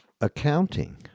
accounting